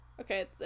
Okay